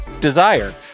Desire